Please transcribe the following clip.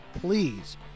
please